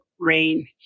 rain